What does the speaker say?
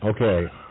Okay